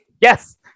yes